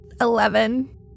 eleven